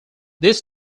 this